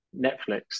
netflix